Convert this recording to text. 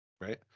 right